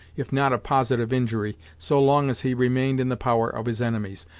if not of positive injury, so long as he remained in the power of his enemies,